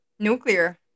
Nuclear